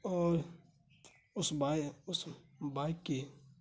اور اس اس بائیک کی